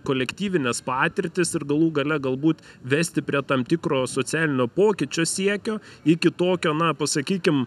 kolektyvines patirtis ir galų gale galbūt vesti prie tam tikro socialinio pokyčio siekio iki tokio na pasakykim